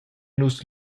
nus